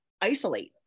isolate